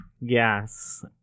Yes